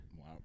Wow